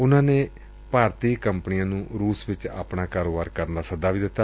ਉਨੂਾ ਨੇ ਭਾਰਤੀ ਕੰਪਨੀਆ ਨੂੰ ਰੁਸ ਵਿਚ ਆਪਣਾ ਕਾਰੋਬਾਰ ਕਰਨ ਦਾ ਸੱਦਾ ਵੀ ਦਿੱਤੇ